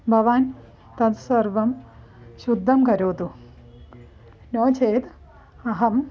भवान् तत् सर्वं शुद्धं करोतु नो चेत् अहं